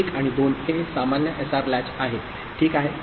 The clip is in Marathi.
1 आणि 2 हे सामान्य एसआर लॅच आहे ठीक आहे